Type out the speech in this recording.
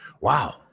Wow